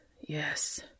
yes